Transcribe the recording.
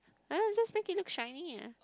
uh just make it look shiny ah